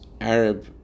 Arab